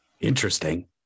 Interesting